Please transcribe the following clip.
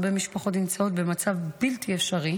הרבה משפחות נמצאות במצב בלתי אפשרי.